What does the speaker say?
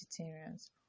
vegetarians